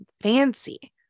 fancy